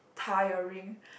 tiring